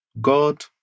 God